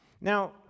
Now